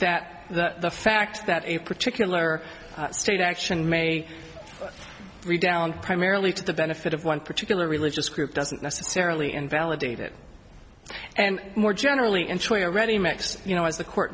l that the fact that a particular state action may be down primarily to the benefit of one particular religious group doesn't necessarily invalidate it and more generally in choice already makes you know as the court